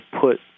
put